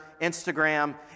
Instagram